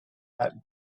that